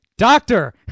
doctor